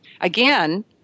Again